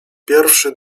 pierwszy